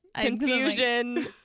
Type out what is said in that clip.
Confusion